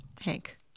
Hank